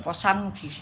পশ্চাদমুখী